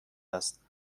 است